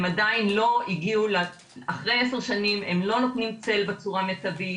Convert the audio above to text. הם עדיין לא הגיעו - אחרי עשר שנים הם לא נותנים צל בצורה מיטבית,